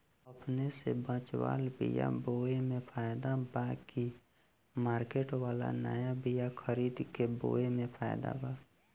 अपने से बचवाल बीया बोये मे फायदा बा की मार्केट वाला नया बीया खरीद के बोये मे फायदा बा?